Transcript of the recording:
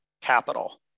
capital